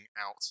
out